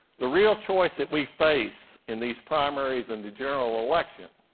the real choice that we face in these primaries in the general election,